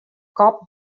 kop